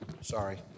Sorry